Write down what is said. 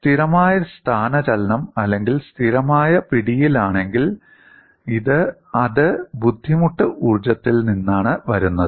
സ്ഥിരമായ സ്ഥാനചലനം അല്ലെങ്കിൽ സ്ഥിരമായ പിടിയിലാണെങ്കിൽ അത് ബുദ്ധിമുട്ട് ഊർജ്ജത്തിൽ നിന്നാണ് വരുന്നത്